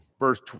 Verse